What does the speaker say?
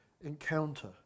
encounter